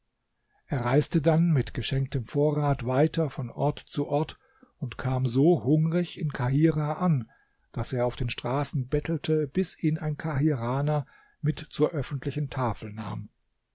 er reiste dann mit geschenktem vorrat weiter von ort zu ort und kam so hungrig in kahirah an daß er auf den straßen bettelte bis ihn ein kahiraner mit zur öffentlichen tafel nahm